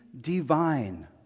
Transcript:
divine